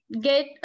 get